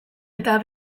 eta